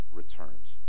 returns